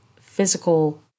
physical